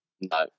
No